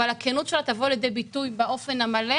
אבל הכנות שלה תבוא לידי ביטוי באופן המלא